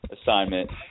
assignment